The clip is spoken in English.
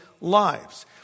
lives